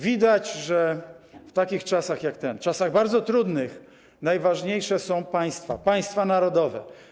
Widać, że w takich czasach jak te, czasach bardzo trudnych, najważniejsze są państwa, państwa narodowe.